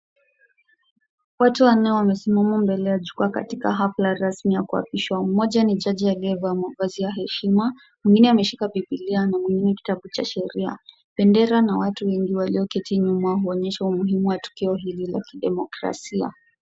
Watu wanne wamesimama mbele ya jukwaa katika hafla rasmi ya kuapishwa. Mmoja ni jaji aliyevaa mavazi ya heshima , mwingine ameshika bibilia na mwingine kitabu cha sheria. Bendera na watu wengi walioketi nyuma huonyesha tukio hili muhimu la kidemokrasia.